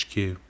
HQ